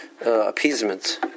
appeasement